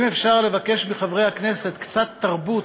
אם אפשר לבקש מחברי הכנסת קצת תרבות,